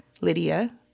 Lydia